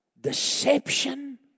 deception